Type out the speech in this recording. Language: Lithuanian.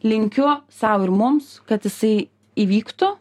linkiu sau ir mums kad jisai įvyktų